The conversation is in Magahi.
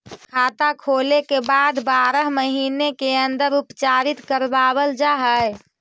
खाता खोले के बाद बारह महिने के अंदर उपचारित करवावल जा है?